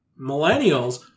millennials